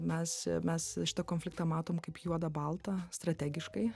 mes mes šitą konfliktą matom kaip juoda balta strategiškai